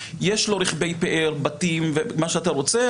יש לו רכבי פאר, בתים ומה שאתה רוצה.